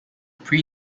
pre